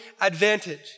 advantage